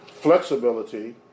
flexibility